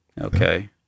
okay